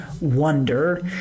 wonder